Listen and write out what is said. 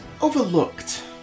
overlooked